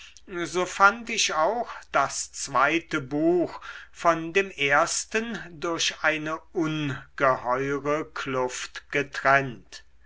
so fand ich auch das zweite buch von dem ersten durch eine ungeheure kluft getrennt